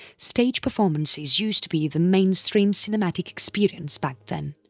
stage performances used to be the mainstream cinematic experience back then.